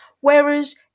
Whereas